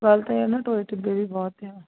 ਗੱਲ ਤਾਂ ਇਹ ਨਾ ਟੋਏ ਟਿੱਬੇ ਵੀ ਬਹੁਤ ਹੈ ਆ